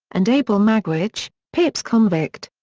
and abel magwitch, pip's convict.